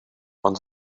ond